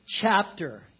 chapter